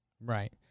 Right